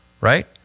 right